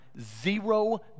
zero